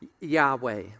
yahweh